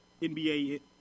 NBA